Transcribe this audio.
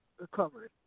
recovery